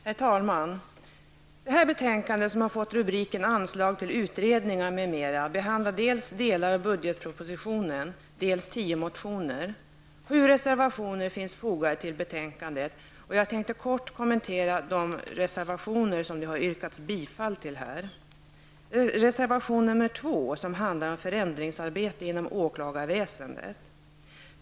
Herr talman! Detta betänkande med rubriken Anslag till utredningar m.m., behandlar delar av budgetpropositionen samt tio motioner. Sju reservationer finns fogade till betänkandet. Jag har för avsikt att kort kommentera de reservationer som det här har yrkats bifall till. Reservation nr 2 handlar om förändringsarbetet inom åklagarväsendet.